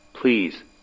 Please